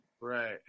Right